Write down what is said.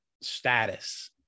status